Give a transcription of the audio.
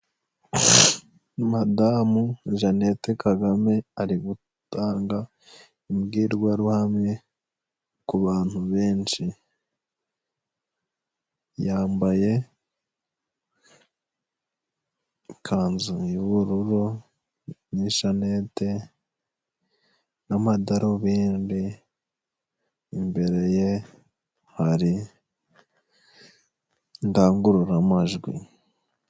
Madamu Jeannette Kagame ari gutanga imbwirwaruhame ku bantu benshi, yambaye ikanzu y'ubururu n'ishanete n'amadarubindi imbere ye hari indangururamajwi.